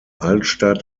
altstadt